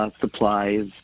supplies